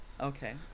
Okay